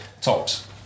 tops